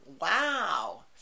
Wow